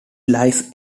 lies